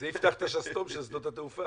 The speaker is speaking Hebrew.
זה יפתח את השסתום של שדות התעופה.